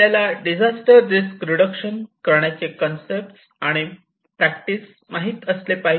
आपल्याला disaster risk reduction करण्याचे concept आणि प्रॅक्टिस माहीत असले पाहिजे